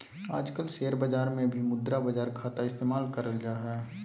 आजकल शेयर बाजार मे भी मुद्रा बाजार खाता इस्तेमाल करल जा हय